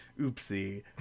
Oopsie